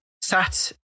sat